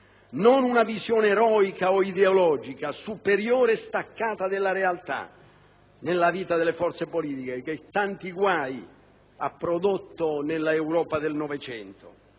Non una visione eroica o ideologica, superiore e staccata dalla realtà, nella vita delle forze politiche, che tanti guai ha prodotto nell'Europa del Novecento.